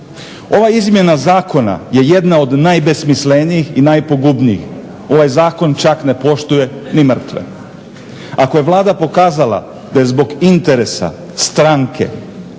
Ova izmjena zakona je jedna od najbesmislenijih i najpogubnijih. Ovaj zakon čak ne poštuje ni mrtve. Ako je Vlada pokazala da je zbog interesa stranke